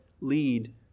lead